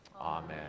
Amen